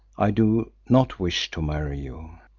i do not wish to marry you.